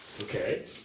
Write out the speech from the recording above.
Okay